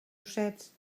ossets